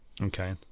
Okay